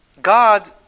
God